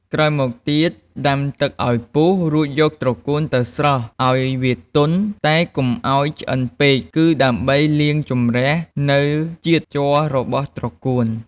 ក្រោយមកទៀតដាំទឹកឱ្យពុះរួចយកត្រកួនទៅស្រុះឱ្យវាទន់តែកុំឱ្យឆ្អិនពេកគឺដើម្បីលាងជម្រះនៅជាតិជ័ររបស់ត្រកួន។